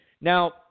Now